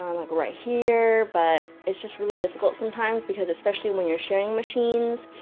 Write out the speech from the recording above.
um, like right here. but. it's just really difficult sometimes, because especially and when you're sharing machines,